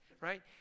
right